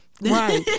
Right